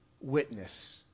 witness